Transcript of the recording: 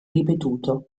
ripetuto